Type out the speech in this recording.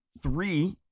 three